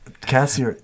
Cassie